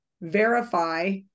verify